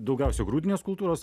daugiausia grūdinės kultūros